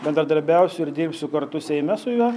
bendradarbiausiu ir dirbsiu kartu seime su juo